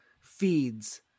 feeds